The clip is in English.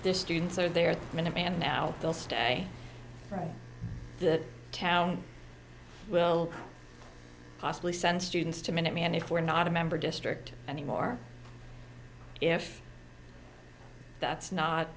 this students are there and now they'll stay right the town will possibly send students to minuteman if we're not a member district anymore if that's not